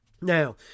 Now